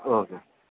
okay